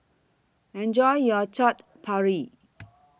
Enjoy your Chaat Papri